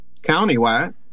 countywide